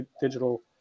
digital